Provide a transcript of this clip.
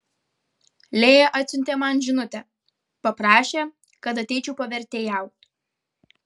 lėja atsiuntė man žinutę paprašė kad ateičiau pavertėjaut